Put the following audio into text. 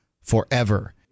forever